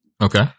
Okay